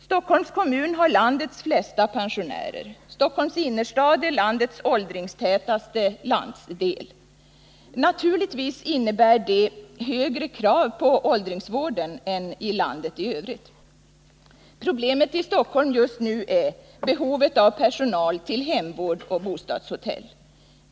Stockholms kommun är den kommun i landet som har flest pensionärer. Stockholms innerstad är landets åldringstätaste landsdel. Naturligtvis innebär det högre krav på åldringsvården än i landet i övrigt. Problemet i Stockholm just nu är behovet av personal till hemvård och bostadshotell.